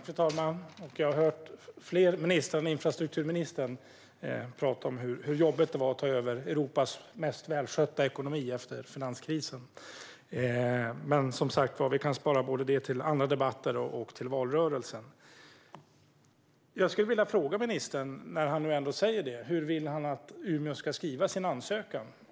Fru talman! Jag har hört fler ministrar än infrastrukturministern tala om hur jobbigt det var att ta över Europas mest välskötta ekonomi efter finanskrisen. Men, som sagt, vi kan spara det både till andra debatter och till valrörelsen. Jag skulle vilja fråga ministern, när han nu säger det, hur han vill att Umeå ska skriva sin ansökan.